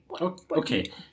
Okay